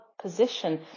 position